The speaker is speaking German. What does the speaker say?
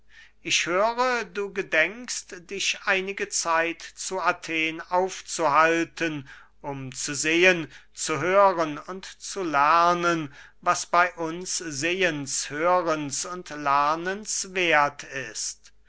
ich höre du gedenkst dich einige zeit zu athen aufzuhalten um zu sehen zu hören und zu lernen was bey uns sehens hörens und lernens werth ist